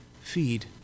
Feed